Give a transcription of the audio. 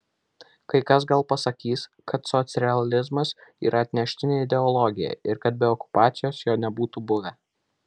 kai kas gal pasakys kad socrealizmas yra atneštinė ideologija ir kad be okupacijos jo nebūtų buvę